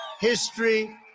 history